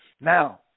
Now